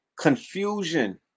confusion